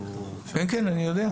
כן, אני יודע.